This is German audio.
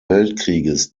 weltkrieges